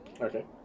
Okay